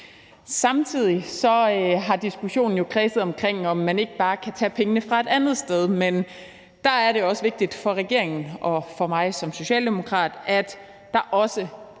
Samtidig har diskussionen kredset omkring, om man ikke bare kan tage pengene fra et andet sted, men der er det også vigtigt for regeringen og for mig som socialdemokrat, at der også